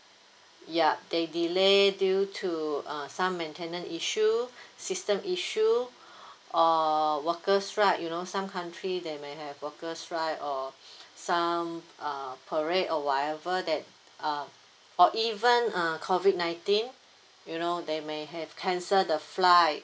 ya they delay due to uh some maintenance issue system issue or workers right you know some country they may have workers right or some uh parade or whatever that uh or even uh COVID nineteen you know they may have cancel the flight